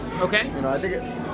Okay